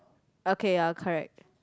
okay ya correct